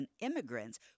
immigrants